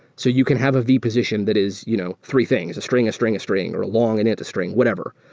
so you can have a v position that is you know three things, a string, a string, a string, or a long, and int, a string, whatever.